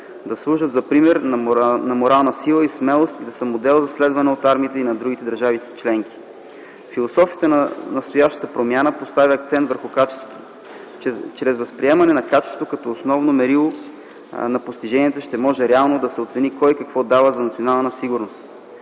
да служат за пример на морална сила и смелост и да са модел за следване от армиите и на другите държави членки. Философията на настоящата промяна поставя акцент върху качеството. Чрез възприемане на качеството като основно мерило на постиженията ще може реално да се оцени кой какво дава за националната сигурност.